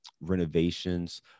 renovations